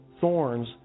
thorns